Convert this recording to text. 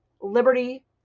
liberty